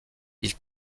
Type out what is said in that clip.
ils